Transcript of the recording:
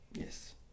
Yes